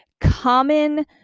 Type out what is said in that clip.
common